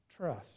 trust